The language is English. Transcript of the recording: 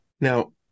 Now